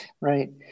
right